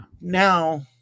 Now